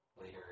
later